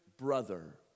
brother